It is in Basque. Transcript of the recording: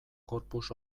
corpus